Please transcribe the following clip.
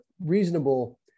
reasonable